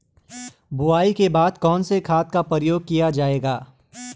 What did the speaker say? बुआई के बाद कौन से खाद का प्रयोग किया जायेगा?